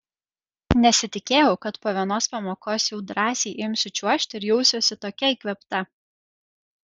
nesitikėjau kad po vienos pamokos jau drąsiai imsiu čiuožti ir jausiuosi tokia įkvėpta